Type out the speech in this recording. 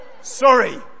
Sorry